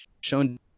shown